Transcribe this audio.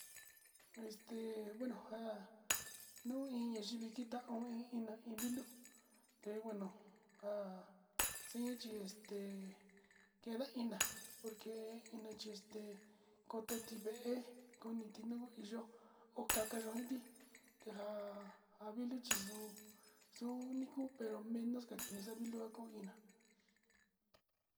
Este bueno nja'a, nuu iin ñaivi kita iin iná iin vilu, te bueno ka'a xheinche este kenda iná, por iná chí este kototi vée initi yuu yo'ó o kaka initi tenja avili chi xo'ó nuu unico pero menos cariñoso kuu iná.